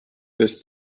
des